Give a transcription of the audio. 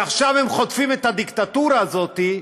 ועכשיו הם חוטפים את הדיקטטורה הזאת,